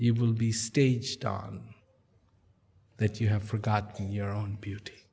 you will be staged on that you have forgotten your own beauty